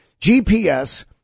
GPS